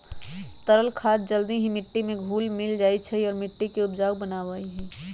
तरल खाद जल्दी ही मिट्टी में घुल मिल जाहई और मिट्टी के उपजाऊ बनावा हई